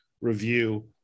review